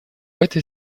этой